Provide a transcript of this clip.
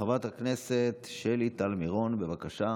חברת הכנסת שלי טל מירון, בבקשה.